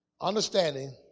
understanding